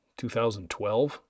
2012